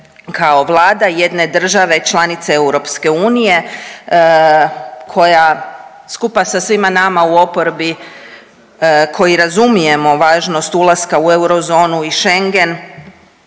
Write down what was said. kao Vlada jedne države članice EU koja skupa sa svima nama u oporbi koji razumijemo važnost ulaska u eurozonu i Schengen